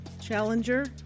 Challenger